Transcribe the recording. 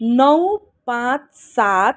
नौ पाँच सात